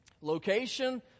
Location